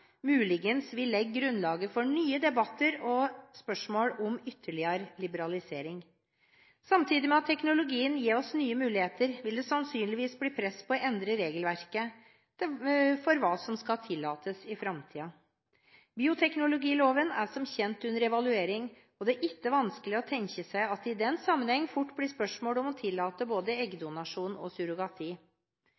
muligens vil legge grunnlaget for nye debatter og spørsmål om ytterligere liberalisering. Samtidig med at teknologien gir oss nye muligheter, vil det sannsynligvis bli press på å endre regelverket for hva som skal tillates i framtiden. Bioteknologiloven er som kjent under evaluering, og det er ikke vanskelig å tenke seg at det i den sammenheng fort blir spørsmål om å tillate både